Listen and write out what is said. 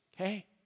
okay